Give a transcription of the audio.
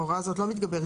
ההוראה הזאת לא מתגברת,